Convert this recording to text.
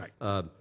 Right